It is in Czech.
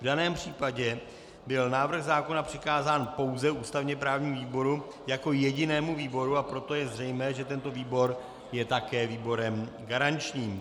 V daném případě byl návrh zákona přikázán pouze ústavněprávnímu výboru jako jedinému výboru, a proto je zřejmé, že tento výbor je také výborem garančním.